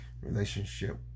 relationship